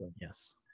Yes